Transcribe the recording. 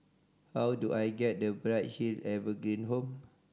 how do I get to Bright Hill Evergreen Home